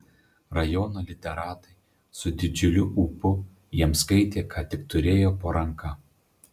rajono literatai su didžiuliu ūpu jiems skaitė ką tik turėjo po ranka